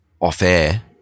off-air